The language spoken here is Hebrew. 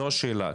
זו השאלה.